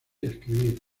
escribir